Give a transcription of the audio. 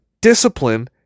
discipline